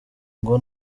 ngo